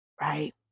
right